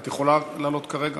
את יכולה לעלות עכשיו?